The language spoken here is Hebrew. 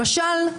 למשל,